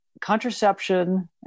contraception